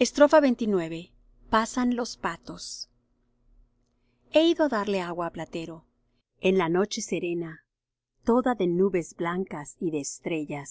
xxix pasan los patos he ido á darle agua á platero en la noche serena toda de nubes blancas y de estrellas